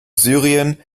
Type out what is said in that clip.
syrien